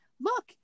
Look